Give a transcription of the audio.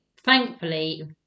Thankfully